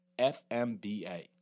FMBA